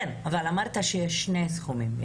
אמרת שיש שני סכומים.